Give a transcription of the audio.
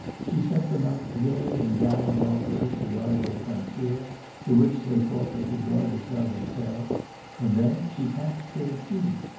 she sent them out gay and gallant officers to guard their frontier the which they thought they could guard as well themselves and then she taxed their tea.